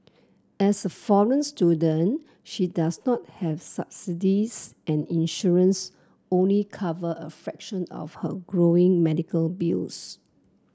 as a foreign student she does not have subsidies and insurance only cover a fraction of her growing medical bills